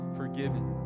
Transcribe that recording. forgiven